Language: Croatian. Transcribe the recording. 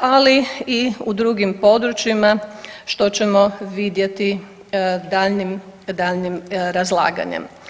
ali i u drugim područjima što ćemo vidjeti daljnjim, daljnji razlaganjem.